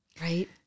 Right